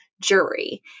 jury